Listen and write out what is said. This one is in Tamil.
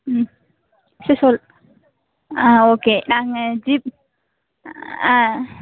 ம் சரி சொல் ஆ ஓகே நாங்கள் ஆ